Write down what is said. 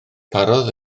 parodd